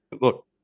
look